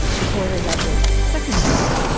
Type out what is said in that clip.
before they got their second dose,